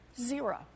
Zero